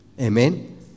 Amen